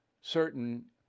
certain